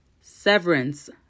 Severance